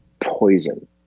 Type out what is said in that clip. poison